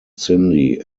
cindy